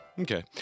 okay